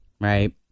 Right